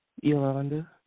Yolanda